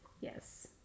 Yes